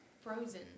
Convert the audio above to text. frozen